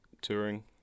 touring